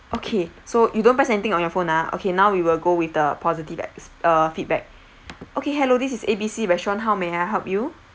okay so you don't press anything on your phone ah okay now we will go with the positive ex~ uh feedback okay hello this is A B C restaurant how may I help you